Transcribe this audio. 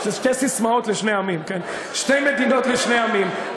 שתי ססמאות לשני עמים, כן, שתי מדינות לשני עמים.